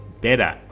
better